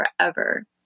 forever